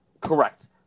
Correct